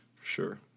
sure